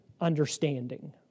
understanding